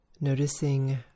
Noticing